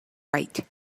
write